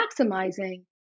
maximizing